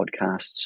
podcasts